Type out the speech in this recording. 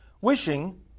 wishing